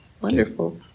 Wonderful